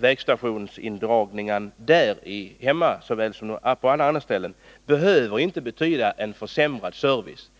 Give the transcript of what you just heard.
Vägstationsindragningen hemma hos oss lika väl som på andra ställen behöver inte betyda försämrad service.